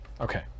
Okay